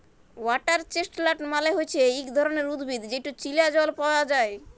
water chestnut মালে হচ্যে ইক ধরণের উদ্ভিদ যেটা চীলা জল পায়া যায়